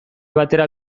batera